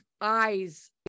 eyes